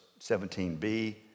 17b